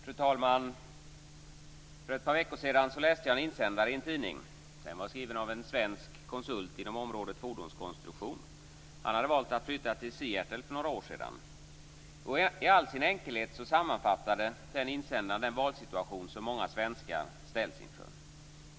Fru talman! För ett par veckor sedan läste jag en insändare i en tidning. Den var skriven av en svensk konsult inom området fordonskonstruktion. Han hade valt att flytta till Seattle för några år sedan. I all sin enkelhet sammanfattade den insändaren den valsituation som många svenskar ställs inför.